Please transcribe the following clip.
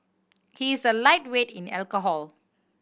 he is a lightweight in alcohol